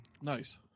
Nice